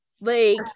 Like-